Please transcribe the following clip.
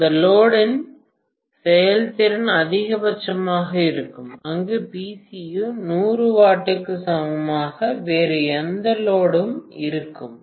அந்த லோடு இன் செயல்திறன் அதிகபட்சமாக இருக்கும் அங்கு Pcu 100 W க்கு சமமான வேறு எந்த லோடு உம் இருக்கும்